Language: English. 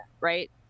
right